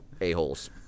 a-holes